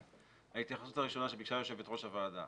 ההתייחסות הראשונה שביקשה יושבת-ראש הוועדה,